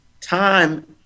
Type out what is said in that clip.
time